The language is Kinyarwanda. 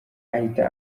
ahita